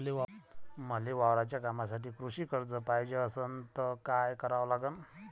मले वावराच्या कामासाठी कृषी कर्ज पायजे असनं त काय कराव लागन?